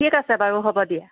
ঠিক আছে বাৰু হ'ব দিয়া